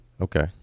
Okay